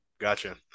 Gotcha